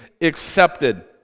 accepted